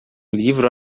livro